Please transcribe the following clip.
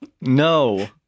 no